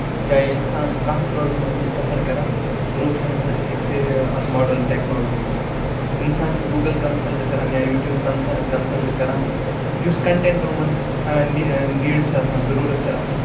چاہے اِنسان کانٛہہ تہِ پرابلِم ٲسِنۍ سَفر کران سلوٗشن ہسا چھُ أکسی اَتھ ماڈٲرٕنۍ ٹیکنولجی منٛز اِنسان چھُ گوٗگٔل کَنسَلٹ کران یا یوٗٹوٗب کَنسلٹ کران یُس کَنٹینٹ یِمَن نیٖڈٕس چھِ آسان ضروٗرت چھِ آسان